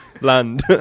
land